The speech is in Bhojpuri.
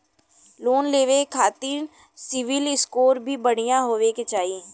लोन लेवे के खातिन सिविल स्कोर भी बढ़िया होवें के चाही?